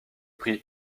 prix